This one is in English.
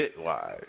Bitwise